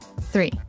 Three